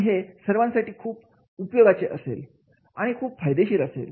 आणि हे सर्वांसाठी खूप उपयोगाचे असेल आणि खूप फायदेशीर असेल